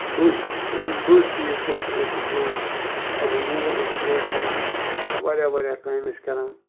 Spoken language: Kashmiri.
بٔڑۍ بٔڑ چیٖز کیٛاہ چھِ أسۍ برُونٛٹھ پَنُن مول اوس کَریکھ کران نا واریاہ وَاریاہ کامہِ ٲسۍ کران